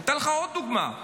אתן לך עוד דוגמה.